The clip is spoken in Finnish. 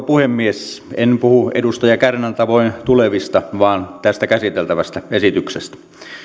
puhemies en puhu edustaja kärnän tavoin tulevista vaan tästä käsiteltävästä esityksestä